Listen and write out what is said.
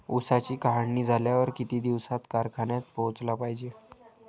ऊसाची काढणी झाल्यावर किती दिवसात कारखान्यात पोहोचला पायजे?